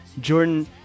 Jordan